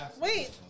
Wait